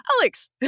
Alex